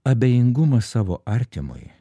abejingumas savo artimui